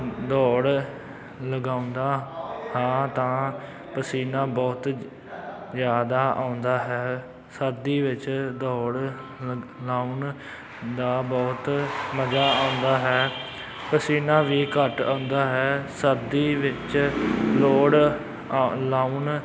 ਦੌੜ ਲਗਾਉਂਦਾ ਹਾਂ ਤਾਂ ਪਸੀਨਾ ਬਹੁਤ ਜ ਜ਼ਿਆਦਾ ਆਉਂਦਾ ਹੈ ਸਰਦੀ ਵਿੱਚ ਦੌੜ ਲਾਉਣ ਦਾ ਬਹੁਤ ਮਜ਼ਾ ਆਉਂਦਾ ਹੈ ਪਸੀਨਾ ਵੀ ਘੱਟ ਆਉਂਦਾ ਹੈ ਸਰਦੀ ਵਿੱਚ ਦੌੜ ਲਾਉਣ